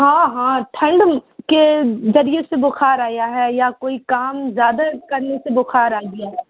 ہاں ہاں ٹھنڈ کے ذریعے سے بخار آیا ہے یا کوئی کام زیادہ کرنے سے بخار آ گیا